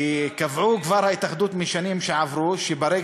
כי קבעה כבר ההתאחדות משנים שעברו, שרק